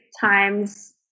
times